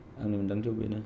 आंनि मोन्दांथियाव बेनो